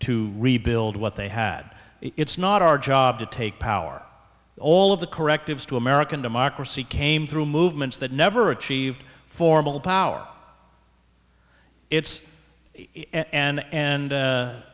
to rebuild what they had it's not our job to take power all of the correctives to american democracy came through movements that never achieved formal power it's an end